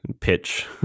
Pitch